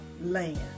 land